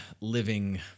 living